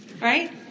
right